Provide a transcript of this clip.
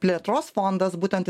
plėtros fondas būtent